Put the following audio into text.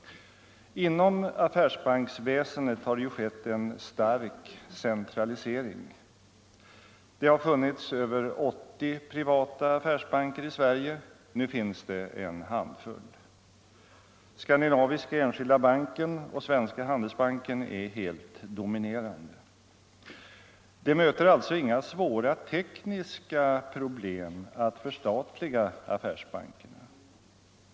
Inom affärsbanksväsendet har det ju skett en stark centralisering. Det har funnits över 80 privata affärsbanker i Sverige, nu finns det en handfull. Skandinaviska enskilda banken och Svenska handelsbanken är helt dominerande. Det möter alltså inga svåra tekniska problem att förstatliga affärsbankerna.